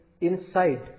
inside